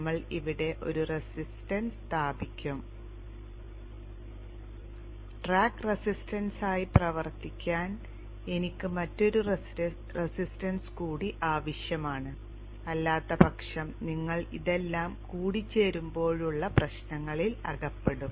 നമ്മൾ ഇവിടെ ഒരു റെസിസ്റ്റൻസ് സ്ഥാപിക്കും ട്രാക്ക് റെസിസ്റ്റൻസ് ആയി പ്രവർത്തിക്കാൻ എനിക്ക് മറ്റൊരു റെസിസ്റ്റൻസ് കൂടി ആവശ്യമാണ് അല്ലാത്തപക്ഷം നിങ്ങൾ ഇതെല്ലാം കൂടിചേരുമ്പോഴുള്ള പ്രശ്നങ്ങളിൽ അകപ്പെടും